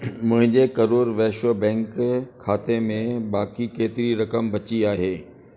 मुंहिंजे करुर वैश्य बैंक खाते में बाक़ी केतिरी रक़म बची आहे